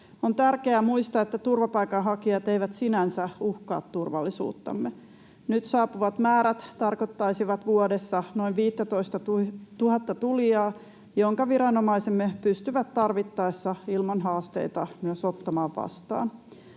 On tärkeää muistaa, että turvapaikanhakijat eivät sinänsä uhkaa turvallisuuttamme. Nyt saapuvat määrät tarkoittaisivat vuodessa noin 15 000:ta tulijaa, jonka viranomaisemme pystyvät tarvittaessa ilman haasteita myös ottamaan vastaan.